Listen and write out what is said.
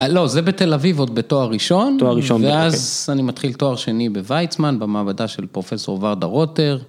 לא, זה בתל אביב, עוד בתואר ראשון. תואר ראשון, כן. ואז אני מתחיל תואר שני בוויצמן, במעבדה של פרופסור ורדה רוטר.